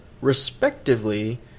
respectively